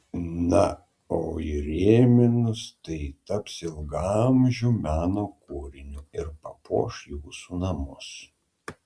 na o įrėminus tai taps ilgaamžiu meno kūriniu ir papuoš jūsų namus